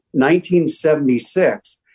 1976